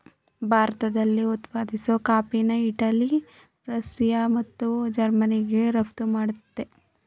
ಭಾರತದಲ್ಲಿ ಉತ್ಪಾದಿಸೋ ಕಾಫಿನ ಇಟಲಿ ರಷ್ಯಾ ಮತ್ತು ಜರ್ಮನಿಗೆ ರಫ್ತು ಮಾಡ್ತಿದೆ